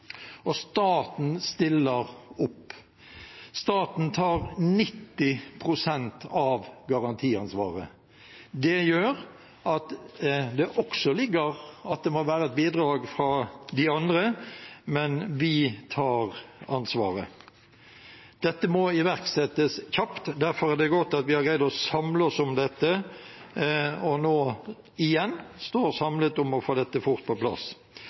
Og staten stiller opp. Staten tar 90 pst. av garantiansvaret. Det gjør at det også ligger i det at det må være et bidrag fra de andre, men vi tar ansvaret. Dette må iverksettes kjapt. Derfor er det godt at vi har greid å samle oss om dette, og nå igjen står samlet om å få dette fort på plass.